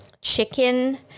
chicken